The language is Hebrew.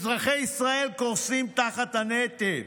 אזרחי ישראל קורסים תחת הנטל.